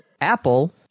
Apple